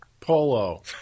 Polo